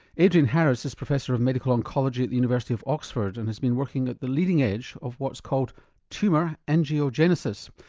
adrian harris is professor of medical oncology at the university of oxford and has been working at the leading edge of what's called tumour angiogenesis,